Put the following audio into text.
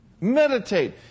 Meditate